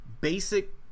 basic